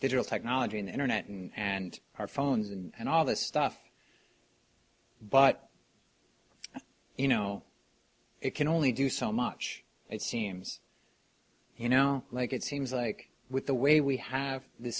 digital technology and internet and and our phones and all this stuff but you know it can only do so much it seems you know like it seems like with the way we have th